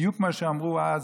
בדיוק כמו שאמרו אז,